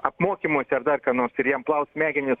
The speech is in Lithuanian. apmokymuose ar dar ką nors ir jam plaus smegenis